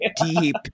deep